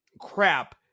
crap